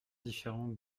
différente